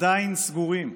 עדיין סגורים.